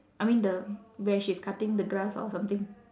I mean the where she's cutting the grass or something